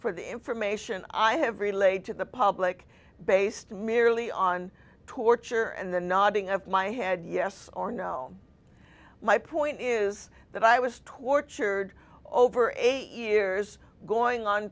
for the information i have relayed to the public based merely on torture and the nodding of my head yes or no my point is that i was tortured over eight years going on